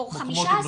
או 15,